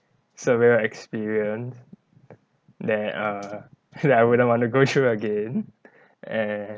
surreal experience that err that I wouldn't want to go through again and